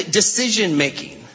decision-making